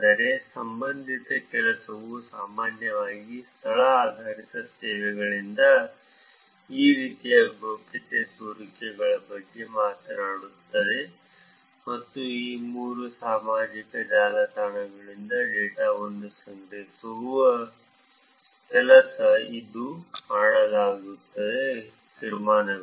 ಆದರೆ ಸಂಬಂಧಿತ ಕೆಲಸವು ಸಾಮಾನ್ಯವಾಗಿ ಸ್ಥಳ ಆಧಾರಿತ ಸೇವೆಗಳಿಂದ ಈ ರೀತಿಯ ಗೌಪ್ಯತೆ ಸೋರಿಕೆಗಳ ಬಗ್ಗೆ ಮಾತನಾಡುತ್ತದೆ ಮತ್ತು ಈ ಮೂರು ಸಾಮಾಜಿಕ ಜಾಲತಾಣಗಳಿಂದ ಡೇಟಾವನ್ನು ಸಂಗ್ರಹಿಸುವ ಕೆಲಸ ಮತ್ತು ಮಾಡಲಾದ ತೀರ್ಮಾನಗಳು